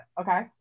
Okay